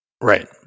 Right